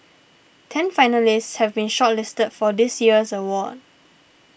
ten finalists have been shortlisted for this year's award